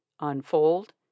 Unfold